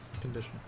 Condition